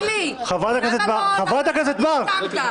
חברת הכנסת מארק,